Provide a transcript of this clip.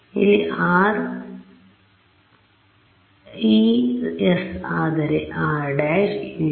ಇಲ್ಲಿ r ∈ S ಆದರೆ r′ ∈ D